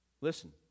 Listen